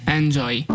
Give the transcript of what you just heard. enjoy